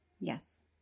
yes